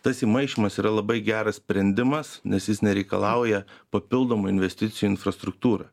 tas įmaišymas yra labai geras sprendimas nes jis nereikalauja papildomų investicijų infrastruktūrai